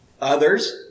Others